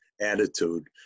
attitude